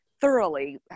thoroughly